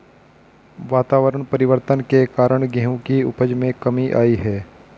वातावरण परिवर्तन के कारण गेहूं की उपज में कमी आई है